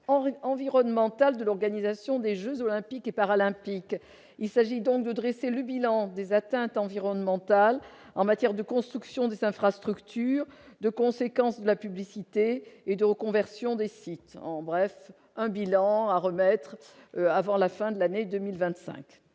environnementale de l'organisation des Jeux olympiques et paralympiques : il s'agit donc de dresser le bilan des atteintes environnementales en matière de construction des infrastructures de conséquence de la publicité et de reconversion des sites en bref, un bilan à remettre avant la fin de l'année 2025